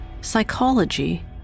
psychology